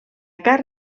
carn